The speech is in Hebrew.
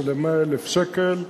של 100,000 שקל.